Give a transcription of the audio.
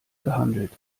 gehandelt